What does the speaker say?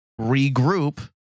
regroup